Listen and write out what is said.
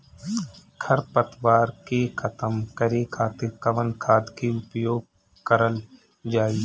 खर पतवार के खतम करे खातिर कवन खाद के उपयोग करल जाई?